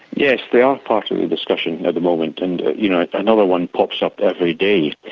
yes, they are part of the discussion at the moment and you know another one pops up every day.